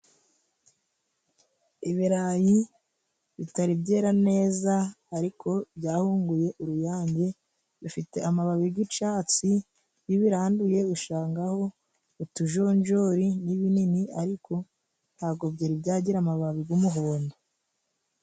Ibirayi bitari byera neza ariko byahunguye uruyange bifite amababi g'icatsi, iyo ubiranduye usangaho utujonjori n'ibinini ariko ntago byari byagira amababi gw'umuhondo.